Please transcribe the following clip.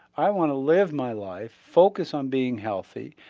i want to live my life, focus on being healthy,